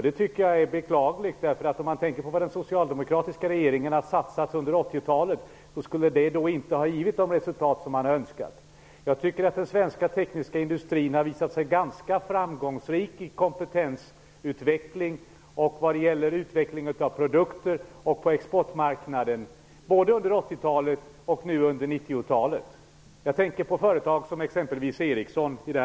Det tycker jag är beklagligt. Om man tänker på vad den socialdemokratiska regeringen satsat under 80-talet skulle det alltså inte givit de resultat som man önskat. Men jag tycker att den svenska tekniska industrin har visat sig ganska framgångsrik i kompetensutveckling, i produktutveckling och på exportmarknaden, både på 80-talet och nu under 90-talet. Jag tänker i det här fallet på exempelvis företag som Ericsson.